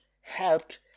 helped